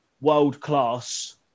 World-class